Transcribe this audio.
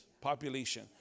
Population